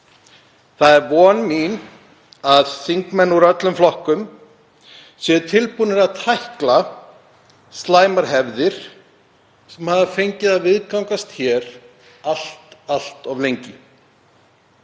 Það er von mín að þingmenn úr öllum flokkum séu tilbúnir að tækla slæmar hefðir sem hafa fengið að viðgangast hér allt of lengi.